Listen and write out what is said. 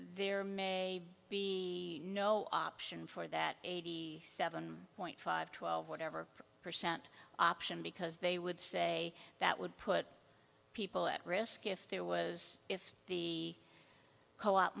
there may be no option for that eighty seven point five twelve whatever percent option because they would say that would put people at risk if there was if the co op